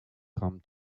come